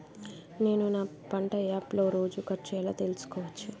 నేను నా పంట యాప్ లో రోజు ఖర్చు ఎలా తెల్సుకోవచ్చు?